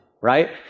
right